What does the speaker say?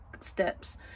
steps